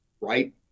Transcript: Right